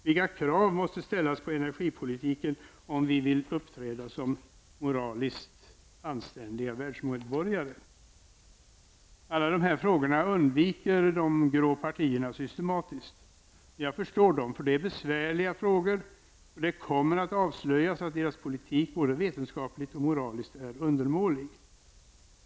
Vilka krav måste ställas på energipolitiken om vi vill uppträda som moraliskt anständiga världsmedborgare? Alla dessa frågor undviker de grå partierna systematiskt. Jag förstår dem, eftersom det är besvärliga frågor, och det kommer att avslöjas att deras politik är både vetenskapligt och moraliskt undermålig.